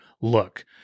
Look